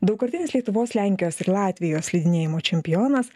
daugkartinis lietuvos lenkijos ir latvijos slidinėjimo čempionas